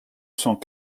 cent